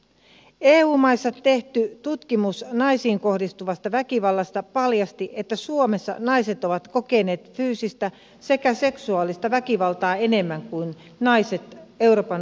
eu maissa tehty tutkimus naisiin kohdistuvasta väkivallasta paljasti että suomessa naiset ovat kokeneet fyysistä sekä seksuaalista väkivaltaa enemmän kuin naiset euroopan unionissa yleensä